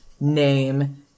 name